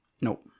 Nope